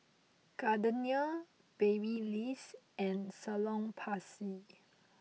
Gardenia Babyliss and Salonpas